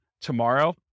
tomorrow